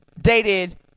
dated